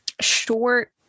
short